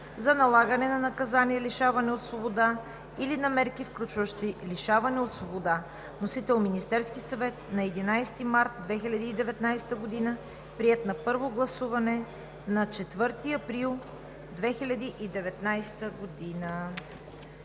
за налагане на наказание лишаване от свобода или на мерки, включващи лишаване от свобода. Вносител: Министерският съвет на 11 март 2019 г., приет на първо гласуване на 4 април 2019 г.